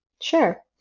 Sure